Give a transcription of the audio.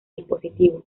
dispositivo